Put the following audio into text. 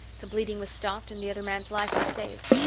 the bleeding was stopped and the other man's life was saved.